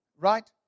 Right